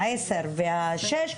העשר והשש,